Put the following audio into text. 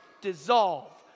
dissolve